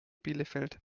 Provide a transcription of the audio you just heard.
bielefeld